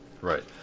Right